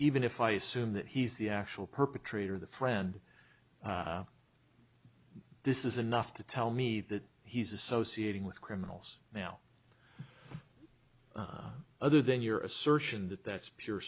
even if i assume that he's the actual perpetrator the friend this is enough to tell me that he's associating with criminals now other than your assertion that that's pure